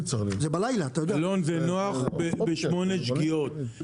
אלון זה נוח בשמונה שגיאות,